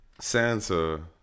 Sansa